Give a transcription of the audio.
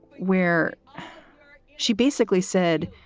where she basically said,